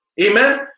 Amen